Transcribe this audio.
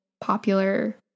popular